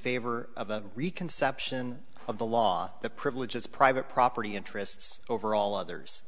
favor of a reconstruction of the law that privileges private property interests over all others